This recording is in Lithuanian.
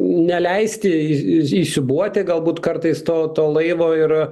neleisti įsiūbuoti galbūt kartais to to laivo ir